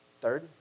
third